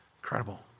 incredible